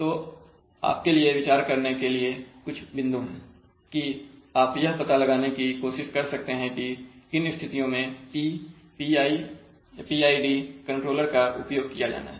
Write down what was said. तो आपके लिए विचार करने के लिए कुछ बिंदु है कि आप यह पता लगाने की कोशिश कर सकते हैं कि किन स्थितियों में P PI PID कंट्रोलर का उपयोग किया जाना है